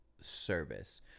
service